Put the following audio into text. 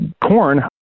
corn